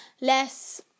less